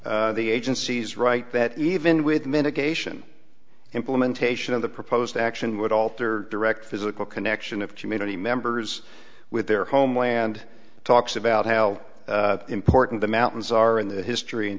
statement the agency's right that even with medication implementation of the proposed action would alter direct physical connection of community members with their homeland talks about how important the mountains are in the history and